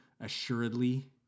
assuredly